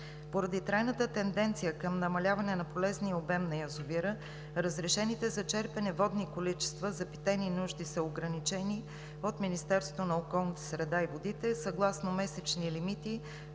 Поради трайната тенденция към намаляване на полезния обем на язовира разрешените за черпене водни количества за питейни нужди са ограничени от Министерството на околната среда и водите съгласно месечни лимити